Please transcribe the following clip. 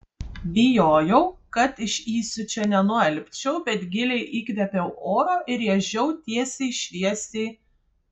bijojau kad iš įsiūčio nenualpčiau bet giliai įkvėpiau oro ir rėžiau tiesiai šviesiai